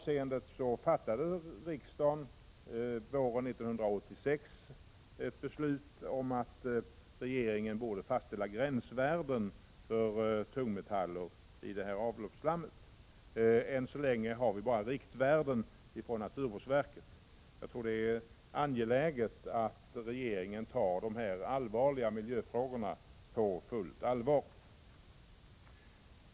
Riksdagen fattade våren 1986 ett beslut om att regeringen skulle fastställa gränsvärden för tungmetaller i avloppsslammet. Än så länge har vi bara riktvärden från naturvårdsverket. Jag tror att det är angeläget att regeringen tar dessa miljöfrågor på fullt allvar.